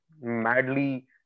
madly